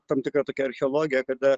tam tikra tokia archeologija kada